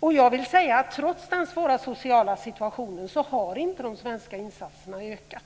förlorad. Trots den svåra sociala situationen har inte de svenska insatserna ökat.